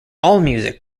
allmusic